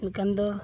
ᱮᱱᱠᱷᱟᱱ ᱫᱚ